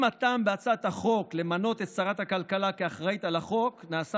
אם הטעם בהצעת החוק למנות את שרת הכלכלה כאחראית לחוק נעשה